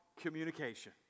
communication